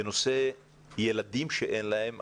בנושא ילדים שאין להם,